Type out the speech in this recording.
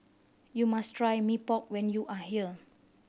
you must try Mee Pok when you are here